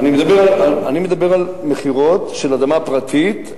אני מדבר על מכירות של אדמה פרטית,